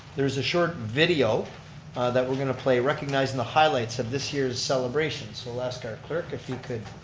there's a short video that we're going to play recognizing the highlights of this year's celebration. so we'll ask our clerk if he could